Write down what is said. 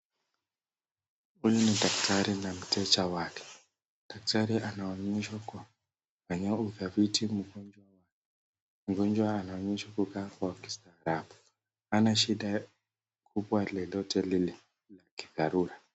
Huyu ni daktari na mteja wake. Daktari anaonyesha kuwa kufanya utafiti mugonjwa. Mgonjwa anaonyeshwa kuwa kwa kistaarabu. Hana shida kubwa lolote lile la kidharula.